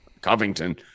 Covington